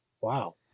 wow